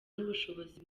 n’ubushobozi